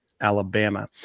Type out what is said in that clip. Alabama